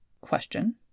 question